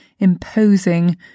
imposing